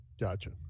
Gotcha